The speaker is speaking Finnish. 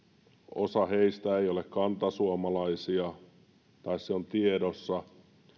osa heistä ei ole kantasuomalaisia tai se on tiedossa